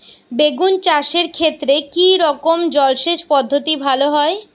বেগুন চাষের ক্ষেত্রে কি রকমের জলসেচ পদ্ধতি ভালো হয়?